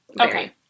Okay